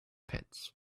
pits